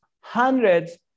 hundreds